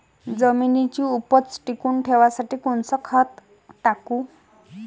जमिनीची उपज टिकून ठेवासाठी कोनचं खत टाकू?